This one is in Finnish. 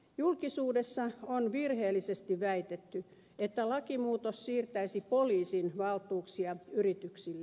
julkisuudessa on virheellisesti väitetty että lakimuutos siirtäisi poliisin valtuuksia yrityksille